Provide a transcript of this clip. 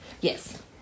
Yes